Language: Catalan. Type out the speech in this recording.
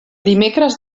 dimecres